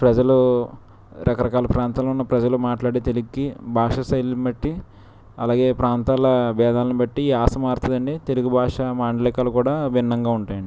ప్రజలు రకరకాల ప్రాంతంలో ఉన్న ప్రజలు మాట్లాడే తెలుగుకి భాష శైలిని బట్టి అలాగే ప్రాంతాల బేధాలను బట్టి యాస మారుతుంది అండి తెలుగు భాష మాండలికాలు కూడా భిన్నంగా ఉంటాయండి